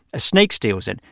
a snake steals it.